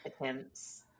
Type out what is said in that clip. attempts